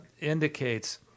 indicates